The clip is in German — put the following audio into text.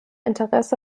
interesse